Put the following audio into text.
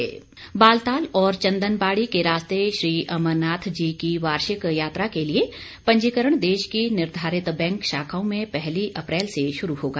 अमरनाथ यात्रा बालटाल और चंदनबाड़ी के रास्ते श्री अमरनाथ जी की वार्षिक यात्रा के लिए पंजीकरण देश की निर्धारित बैंक शाखाओं में पहली अप्रैल से शुरू होगा